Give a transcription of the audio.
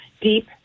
deep